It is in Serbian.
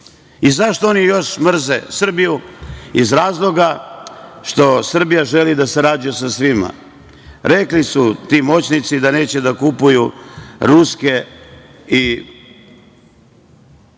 Zašto oni još mrze Srbiju? Iz razloga što Srbija želi da sarađuje sa svima. Rekli su ti moćnici da neće da kupuju ruske i